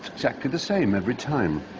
exactly the same every time.